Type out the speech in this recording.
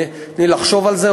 תני לי לחשוב על זה,